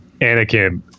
Anakin